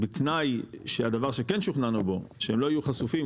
בתנאי שהדבר שכן שוכנענו בו שהם לא יהיו חשופים,